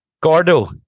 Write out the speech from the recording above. gordo